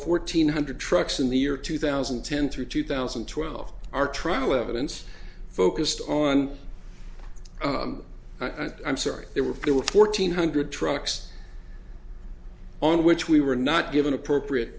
fourteen hundred trucks in the year two thousand and ten through two thousand and twelve our trial evidence focused on i'm sorry there were there were fourteen hundred trucks on which we were not given appropriate